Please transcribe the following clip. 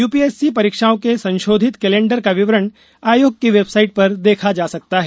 UPSC परीक्षाओं के संशोधित कैलेंडर का विवरण आयोग की वेबसाइट पर देखा जा सकता है